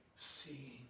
seeing